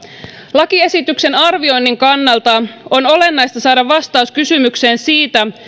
lakiesityksen arvioinnin kannalta on olennaista saada vastaus kysymykseen siitä